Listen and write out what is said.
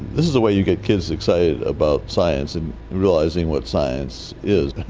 this is the way you get kids excited about science and realising what science is.